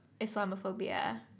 Islamophobia